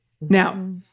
Now